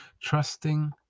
trusting